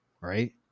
Right